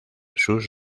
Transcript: sus